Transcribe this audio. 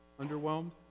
underwhelmed